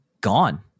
gone